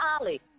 Ollie